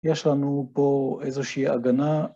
‫יש לנו פה איזושהי הגנה.